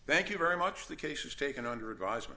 thank you very much the case is taken under advisement